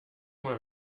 mal